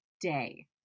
day